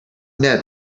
ned